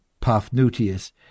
Paphnutius